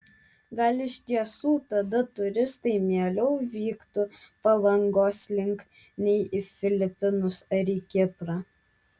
gal iš tiesų tada turistai mieliau vyktų palangos link nei į filipinus ar į kiprą